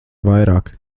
vairāk